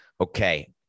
Okay